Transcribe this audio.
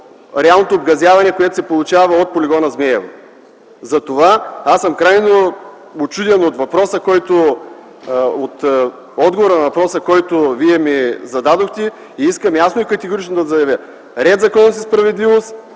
реалното обгазяване, което се получава от полигона в Змейово. Затова аз съм крайно учуден от отговора, който Вие ми дадохте и искам ясно и категорично да заявя: „Ред, законност и справедливост”